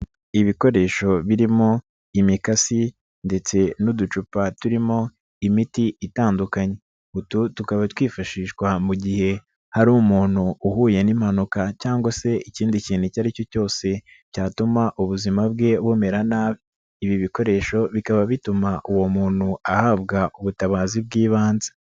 Ibikoresho birimo imikasi ndetse n'uducupa turimo imiti itandukanye, utu tukaba twifashishwa mu gihe hari umuntu uhuye n'impanuka cyangwa se ikindi kintu icyo ari cyo cyose cyatuma ubuzima bwe bumera nabi. Ibi bikoresho bikaba bituma uwo muntu ahabwa ubutabazi bw'ibanze.